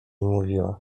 mówiła